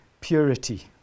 purity